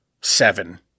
seven